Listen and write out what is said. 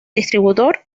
distribuidor